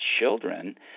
children